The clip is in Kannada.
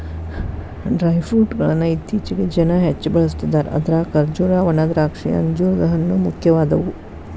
ಡ್ರೈ ಫ್ರೂಟ್ ಗಳ್ಳನ್ನ ಇತ್ತೇಚಿಗೆ ಜನ ಹೆಚ್ಚ ಬಳಸ್ತಿದಾರ ಅದ್ರಾಗ ಖರ್ಜೂರ, ಒಣದ್ರಾಕ್ಷಿ, ಅಂಜೂರದ ಹಣ್ಣು, ಮುಖ್ಯವಾದವು